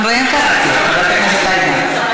גם להם קראתי, חברת הכנסת עאידה.